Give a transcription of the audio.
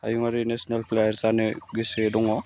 हायुंआरि national flower जानो गोसो दङ